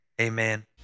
amen